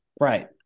Right